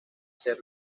ser